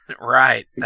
right